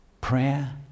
prayer